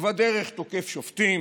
ובדרך תוקף שופטים,